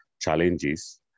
challenges